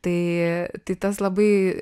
tai tai tas labai